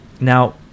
Now